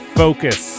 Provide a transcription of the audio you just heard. focus